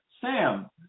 Sam